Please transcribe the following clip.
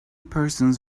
persons